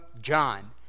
John